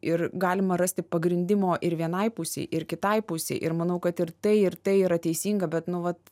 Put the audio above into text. ir galima rasti pagrindimo ir vienai pusei ir kitai pusei ir manau kad ir tai ir tai yra teisinga bet nu vat